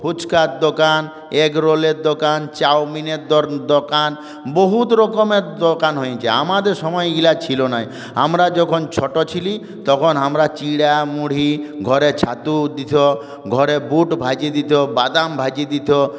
ফুচকার দোকান এগরোলের দোকান চাউমিনের দোকান বহু রকমের দোকান হয়েছে আমাদের সময় এগুলো ছিল না আমরা যখন ছোট ছিলি তখন আমরা চিড়া মুড়ি ঘরে ছাতু দিত ঘরে বুট ভেজে দিত বাদাম ভেজে দিত